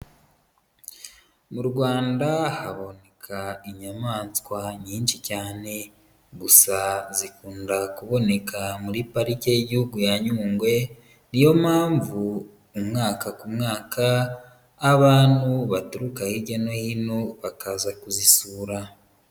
Mu Rwanda haboneka inyamaswa nyinshi cyane gusa zikunda kuboneka muri Parike y'Igihugu ya Nyungwe, ni yo mpamvu umwaka ku mwaka abantu baturuka hirya no hino bakaza kuzisura.